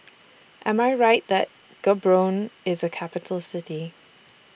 Am I Right that Gaborone IS A Capital City